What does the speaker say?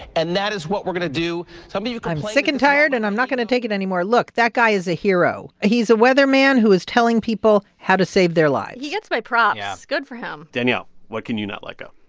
and that is what we're going to do. some of you are. i'm kind of sick and tired, and i'm not going to take it anymore. look. that guy is a hero. he's a weatherman who is telling people how to save their lives he gets my props yeah good for him danielle, what can you not let go?